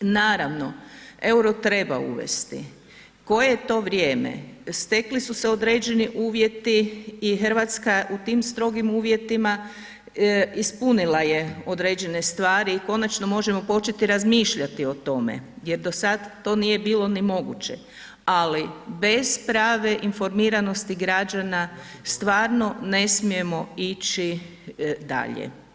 Naravno EUR-o treba uvesti, koje to vrijeme, stekli su se određeni uvjeti i Hrvatska u tim strogim uvjetima ispunila je određene stvari i konačno možemo početi razmišljati o tome jer do sada to nije bilo ni moguće, ali bez prave informiranosti građana stvarno ne smijemo ići dalje.